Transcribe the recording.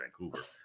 Vancouver